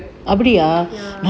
ya